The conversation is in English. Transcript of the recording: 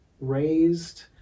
raised